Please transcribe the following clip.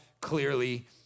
clearly